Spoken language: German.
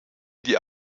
die